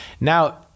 Now